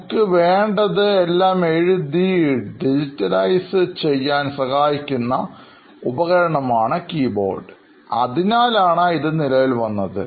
നമുക്ക് വേണ്ടത് എല്ലാം എഴുതി ഡിജിറ്റലൈസ് ചെയ്യാൻ സഹായിക്കുന്ന ഉപകരണമാണ് കീബോർഡ് അതിനാലാണ് ഇത് നിലവിൽ വന്നത്